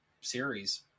series